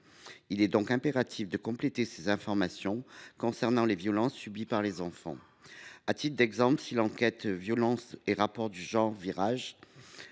Il est donc impératif de compléter les informations relatives aux violences subies par les enfants. Par exemple, l’enquête Violences et rapports de genre (Virage),